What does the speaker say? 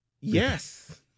Yes